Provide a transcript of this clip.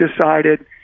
decided